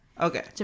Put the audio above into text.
Okay